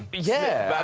but yeah!